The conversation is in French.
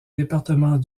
département